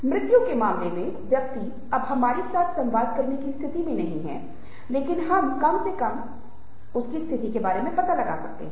मृत्यु के मामले में व्यक्ति अब हमारे साथ संवाद करने की स्थिति में नहीं है लेकिन कम से कम हमें उसकी स्थिति के बारे में पता चल जाता है